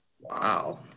Wow